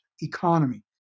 economy